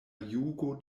jugo